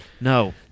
No